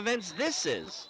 events this is